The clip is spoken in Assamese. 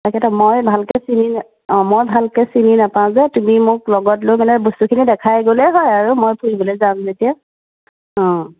তাকেতো মই ভালকৈ চিনি নে অঁ মই ভালকৈ চিনি নেপাওঁ যে তুমি মোক লগত গৈ পিনে বস্তুখিনি দেখাই গ'লেই হয় আৰু মই ফুৰিবলৈ যাম যেতিয়া অঁ